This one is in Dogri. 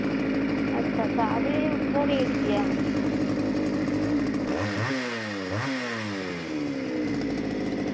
अच्छा अच्छा अते उं'दा रेट केह् ऐ